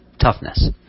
toughness